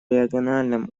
региональном